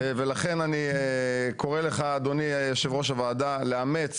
ולכן אני קורא לך אדוני יושב ראש הוועדה לאמץ